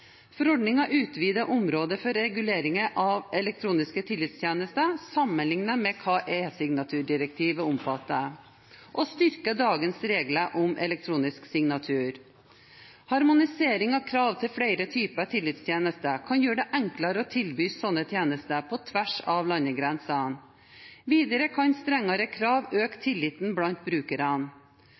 Forordningen utvider området for reguleringer av elektroniske tillitstjenester sammenlignet med hva esignaturdirektivet omfattet, og styrker dagens regler om elektronisk signatur. Harmonisering av krav til flere typer tillitstjenester kan gjøre det enklere å tilby slike tjenester på tvers av landegrensene. Videre kan strengere krav øke tilliten blant brukerne.